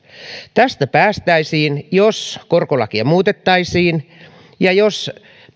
tästä päästäisiin jos korkolakia muutettaisiin ja jos